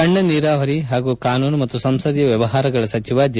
ಸಣ್ಣ ನೀರಾವರಿ ಹಾಗೂ ಕಾನೂನು ಮತ್ತು ಸಂಸದೀಯ ವ್ಯವಹಾರಗಳ ಸಚಿವ ಜೆ